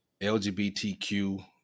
LGBTQ